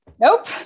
Nope